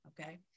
okay